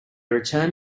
returned